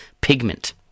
Pigment